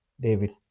David